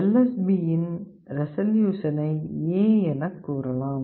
LSB இன் ரெசல்யூசனை A என கூறலாம்